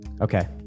Okay